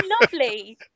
lovely